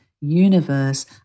universe